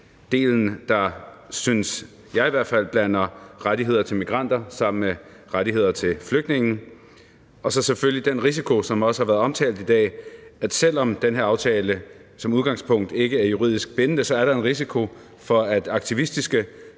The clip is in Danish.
delen, der – synes jeg i hvert fald – blander rettigheder til migranter sammen med rettigheder til flygtninge, og så selvfølgelig også det, som også har været omtalt i dag, at selv om den her aftale som udgangspunkt ikke er juridisk bindende, er der jo en risiko for, at aktivistiske